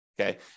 Okay